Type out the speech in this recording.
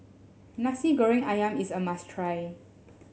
Nasi Goreng ayam is a must try